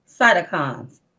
Cytokines